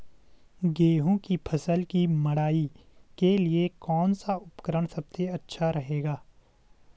गेहूँ की फसल की मड़ाई के लिए कौन सा उपकरण सबसे अच्छा है?